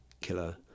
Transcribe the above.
killer